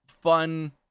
Fun